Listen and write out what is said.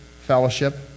fellowship